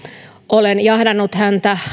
olen jahdannut häntä